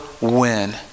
win